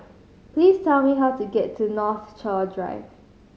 please tell me how to get to Northshore Drive